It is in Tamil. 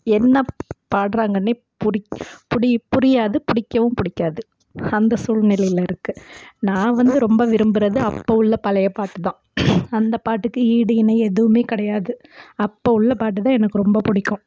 என்ன பாடறாங்கனே புடிக் புடி புரியாது பிடிக்கவும் பிடிக்காது அந்தச் சூழ்நிலையில் இருக்குது நான் வந்து ரொம்ப விரும்புகிறது அப்போ உள்ள பழைய பாட்டு தான் அந்தப் பாட்டுக்கு ஈடு இணை எதுவுமே கிடையாது அப்போ உள்ள பாட்டு தான் எனக்கு ரொம்ப பிடிக்கும்